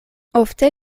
ofte